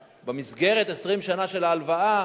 במסגרת 20 השנה של ההלוואה,